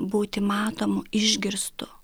būti matomu išgirstu